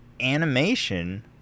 animation